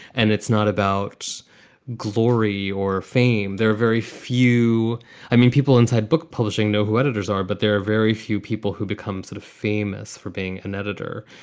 and it's not about glory or fame. there are very few i mean, people inside book publishing know who editors are, but there are very few people who become sort of famous for being an editor.